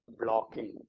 blocking